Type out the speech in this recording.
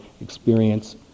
experience